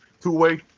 two-way